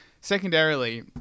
Secondarily